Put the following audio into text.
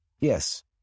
Yes